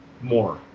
more